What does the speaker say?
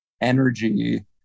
Energy